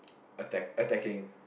attack attacking